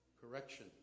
correction